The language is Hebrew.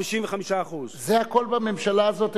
455%. זה הכול בממשלה הזאת,